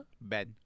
Ben